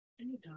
Anytime